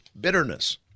Bitterness